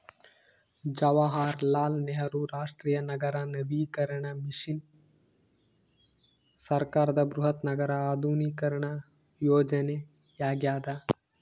ಜವಾಹರಲಾಲ್ ನೆಹರು ರಾಷ್ಟ್ರೀಯ ನಗರ ನವೀಕರಣ ಮಿಷನ್ ಸರ್ಕಾರದ ಬೃಹತ್ ನಗರ ಆಧುನೀಕರಣ ಯೋಜನೆಯಾಗ್ಯದ